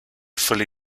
fully